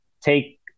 take